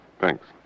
Thanks